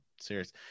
serious